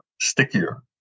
stickier